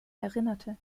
erinnerte